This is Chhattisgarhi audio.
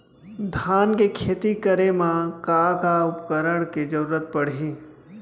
धान के खेती करे मा का का उपकरण के जरूरत पड़हि?